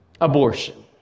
Abortion